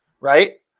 right